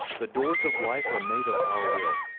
the doors of life are made of our will.